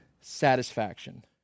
satisfaction